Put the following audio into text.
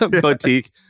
boutique